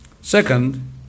Second